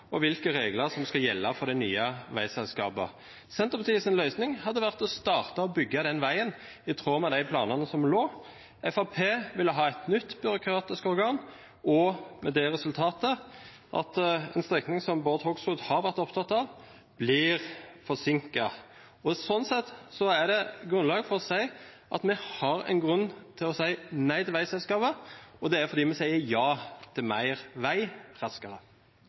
og hvilke regler som skal gjelde for det nye veiselskapet. Senterpartiets løsning ville vært å starte å bygge den veien, i tråd med de planene som forelå. Fremskrittspartiet ville ha et nytt byråkratisk organ, med det resultat at en strekning som Bård Hoksrud har vært opptatt av, blir forsinket. Sånn sett er det grunnlag for å si at vi har en grunn til å si nei til veiselskapet, og det er fordi vi sier ja til mer vei, raskere.